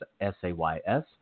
S-A-Y-S